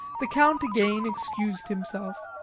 the count again excused himself,